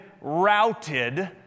routed